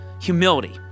humility